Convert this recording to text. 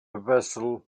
vessel